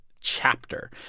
chapter